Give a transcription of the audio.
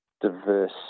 diverse